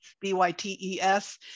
B-Y-T-E-S